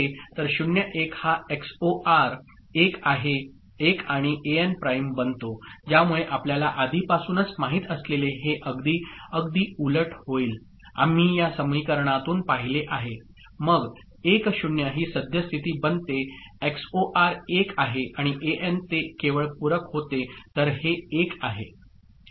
तर 0 1 हा एक्सओआर 1 आणि एएन प्राईम बनतो ज्यामुळे आपल्यास आधीपासूनच माहित असलेले हे अगदी अगदी उलट होईल आम्ही या समीकरणातून पाहिले आहे मग 1 0 ही सद्य स्थिती बनते एक्सओआर 1 आहे आणि एएन - ते केवळ पूरक होते तर हे 1 आहे